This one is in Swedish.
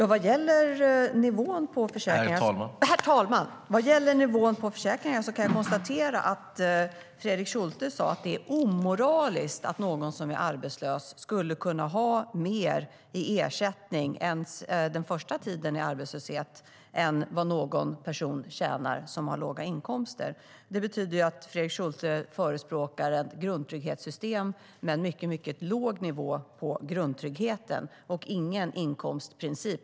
Herr talman! Vad gäller nivån på försäkringarna kan jag konstatera att Fredrik Schulte sa att det är omoraliskt att någon som är arbetslös skulle kunna ha mer i ersättning den första tiden i arbetslöshet än vad någon person tjänar som har låga inkomster. Det betyder att Fredrik Schulte förespråkar ett grundtrygghetssystem med en mycket låg nivå på grundtryggheten och ingen inkomstprincip.